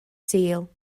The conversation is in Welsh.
sul